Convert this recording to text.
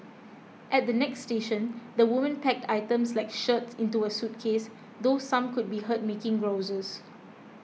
at the next station the women packed items like shirts into a suitcase though some could be heard making grouses